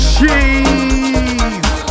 Cheese